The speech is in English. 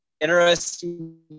interesting